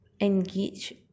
engage